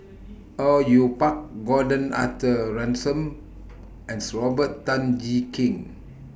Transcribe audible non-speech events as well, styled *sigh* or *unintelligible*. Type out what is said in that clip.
Au Yue Pak Gordon Arthur Ransome and *unintelligible* Robert Tan Jee Keng